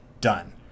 Done